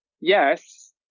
yes